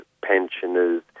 pensioners